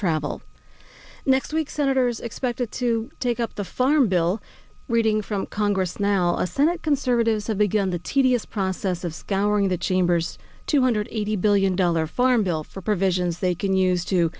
travel next week senators expected to take up the farm bill reading from congress now a senate conservatives have begun the tedious process of scouring the chamber's two hundred eighty billion dollar farm bill for provisions they can use to